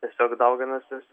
tiesiog dauginasi